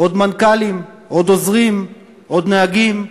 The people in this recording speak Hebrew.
עוד מנכ"לים,